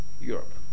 Europe